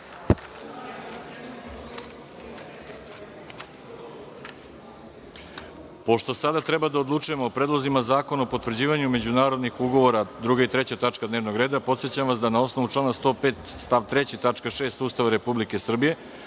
sada treba da odlučujemo o Predlozima zakona o Potvrđivanju međunarodnih ugovora 2. i 3. tačka dnevnog reda. Podsećam vas da na osnovu člana 105. stav 3. tačka 6. Ustava Republike Srbije,